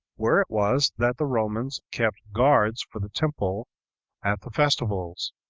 where it was that the romans kept guards for the temple at the festivals.